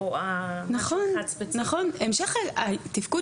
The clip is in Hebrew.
נוכל לסיים אותו